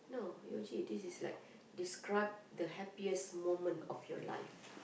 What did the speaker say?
no Yuji this is like describe the happiest moment of your life